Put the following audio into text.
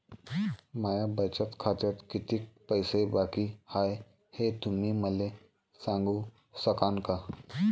माया बचत खात्यात कितीक पैसे बाकी हाय, हे तुम्ही मले सांगू सकानं का?